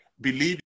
believe